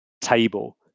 table